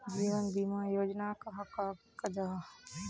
जीवन बीमा योजना कहाक कहाल जाहा जाहा?